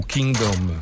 Kingdom